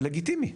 זה לגיטימי,